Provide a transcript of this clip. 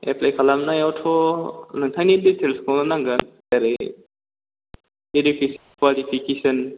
apply खालामनायावथ' नोंथांनि दितेइलसखौनो नांगोन जेरै इदुकेसन कुवालिफिकेसोन